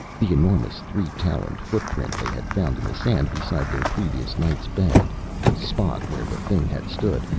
the enormous, three-taloned footprint they had found in the sand beside their previous night's bed the spot where the thing had stood,